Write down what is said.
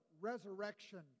resurrection